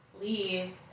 leave